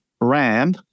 RAM